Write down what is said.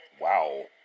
Wow